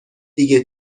دیگه